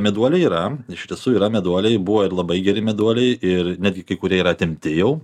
meduoliai yra iš tiesų yra meduoliai buvo ir labai geri meduoliai ir netgi kai kurie ir atimti jau